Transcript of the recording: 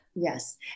Yes